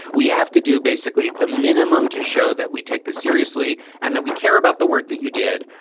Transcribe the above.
we have to do basically the minimum to show that we take this seriously and that we care about the work that you did.